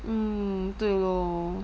mm 对 lor